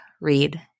read